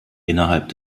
innerhalb